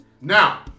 Now